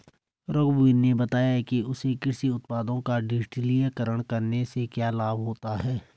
रघुवीर ने बताया कि उसे कृषि उत्पादों का डिजिटलीकरण करने से क्या लाभ होता है